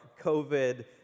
COVID